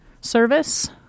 service